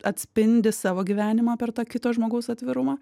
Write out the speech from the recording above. atspindi savo gyvenimą per to kito žmogaus atvirumą